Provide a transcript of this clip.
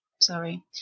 sorry